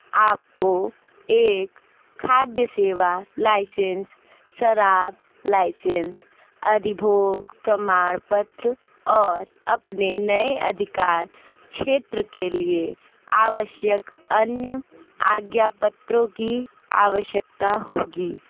आपको एक खाद्य सेवा लाइसेंस शराब लाइसेंस अधिभोग प्रमाण पत्र और अपने नए अधिकार क्षेत्र के लिए आवश्यक अन्य आज्ञापत्रों की आवश्यकता होगी